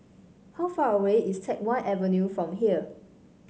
how far away is Teck Whye Avenue from here